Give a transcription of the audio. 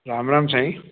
Ram Ram Sai